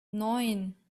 neun